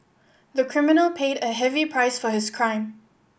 the criminal paid a heavy price for his crime